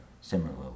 similarly